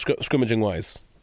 scrimmaging-wise